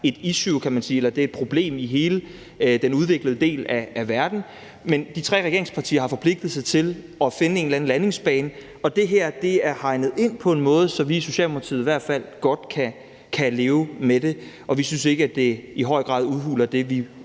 et issue, kan man sige, eller er et problem for hele den udviklede verden. Men de tre regeringspartier har forpligtet sig til at finde en eller anden landingsbane, og det her er hegnet ind på en måde, som vi i Socialdemokratiet i hvert fald godt kan leve med, og vi synes ikke, at det i høj grad udhuler det, vi